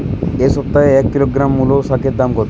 এ সপ্তাহে এক কিলোগ্রাম মুলো শাকের দাম কত?